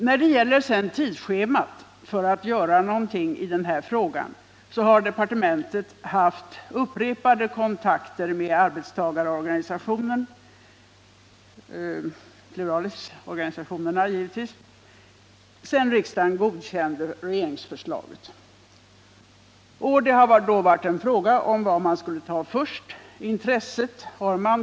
När det gäller tidschemat för åtgärder har departementet haft upprepade kontakter med arbetstagarorganisationerna sedan riksdagen godkände regeringsförslaget. Det har då gällt vad man skulle ta först.